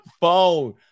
phone